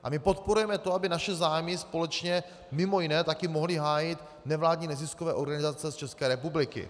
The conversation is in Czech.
A my podporujeme to, aby naše zájmy společně mj. taky mohly hájit nevládní neziskové organizace z České republiky.